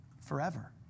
forever